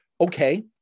Okay